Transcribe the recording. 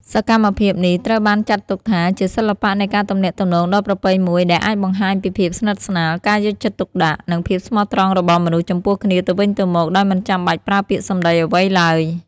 សកម្មភាពនេះត្រូវបានចាត់ទុកថាជាសិល្បៈនៃការទំនាក់ទំនងដ៏ប្រពៃមួយ ដែលអាចបង្ហាញពីភាពស្និទ្ធស្នាល ការយកចិត្តទុកដាក់ និងភាពស្មោះត្រង់របស់មនុស្សចំពោះគ្នាទៅវិញទៅមកដោយមិនចាំបាច់ប្រើពាក្យសម្ដីអ្វីឡើយ។